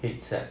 headset